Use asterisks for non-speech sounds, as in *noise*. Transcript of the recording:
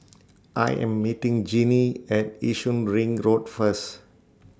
*noise* I Am meeting Jeanie At Yishun Ring Road First